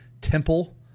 temple